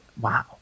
wow